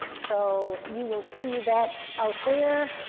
so you will see that out there.